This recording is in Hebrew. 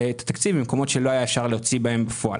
התקציב ממקומות שלא היה אפשר להוציא בהם בפועל.